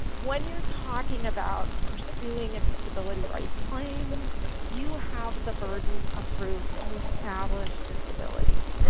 when you're talking about pursuing a disability rights claim you have the burden of proof to establish disability